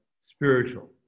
spiritual